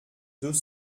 deux